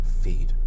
feed